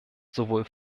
sowohl